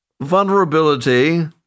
vulnerability